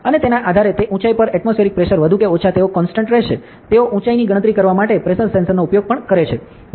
અને તેના આધારે તે ઉંચાઇ પર એટમોસ્ફિએરિક પ્રેશર વધુ કે ઓછા તેઓ કોંસ્ટંટ રહેશે તેઓ ઉંચાઇ ની ગણતરી કરવા માટે પ્રેશર સેન્સરનો ઉપયોગ પણ કરે છે